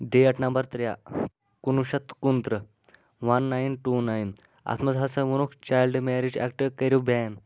date number ترٛےٚ کُنوُہ شیٚتھ تہٕ کُنتٕرٛہ وَن ناِین ٹوٗ نایِن اَتھ منٛز ہسا وونُکھ چایلڈٕ میریج ایٚکٹہٕ کٔرِو بین